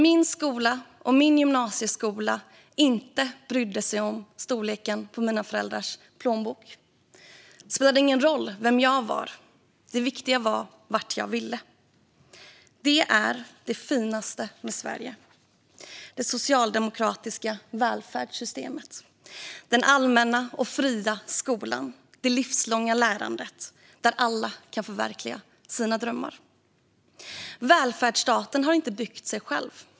Min skola och min gymnasieskola brydde sig inte om storleken på mina föräldrars plånbok. Det spelade ingen roll vem jag var; det viktiga var vart jag ville komma. Det är det finaste med Sverige: det socialdemokratiska välfärdssystemet, den allmänna och fria skolan och det livslånga lärandet där alla kan förverkliga sina drömmar. Välfärdsstaten har inte byggt sig själv.